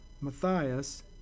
Matthias